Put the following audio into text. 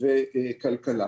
זה לא יכול לקרות.